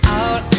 out